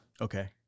Okay